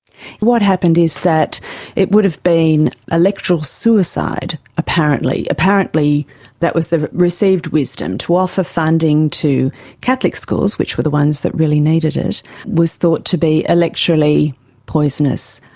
what happened is that it would have been electoral suicide, apparently. apparently that was the received wisdom, to offer funding to catholic schools, which were the ones that really needed it, it was thought to be electorally poisonous.